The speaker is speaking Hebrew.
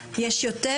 יש יותר,